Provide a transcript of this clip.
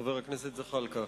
חבר הכנסת זחאלקה.